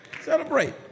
celebrate